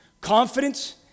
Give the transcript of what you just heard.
Confidence